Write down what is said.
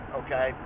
okay